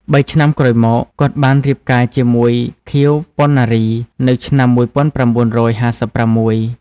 បីឆ្នាំក្រោយមក គាត់ បានរៀបការជាមួយ ខៀវ ប៉ុណ្ណារី នៅឆ្នាំ១៩៥៦។